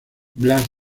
blas